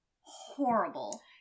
horrible